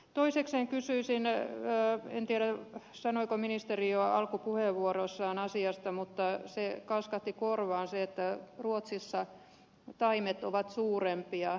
toisekseen en tiedä sanoiko ministeri jo alkupuheenvuorossaan asiasta mutta kalskahti korvaan se että ruotsissa taimet ovat suurempia